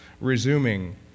resuming